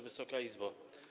Wysoka Izbo!